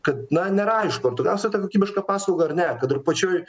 kad na nėra aišku ar tu gausi tą kokybišką paslaugą ar ne kad ir pačioj